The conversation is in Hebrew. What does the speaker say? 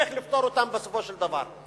איך לפתור אותן בסופו של דבר.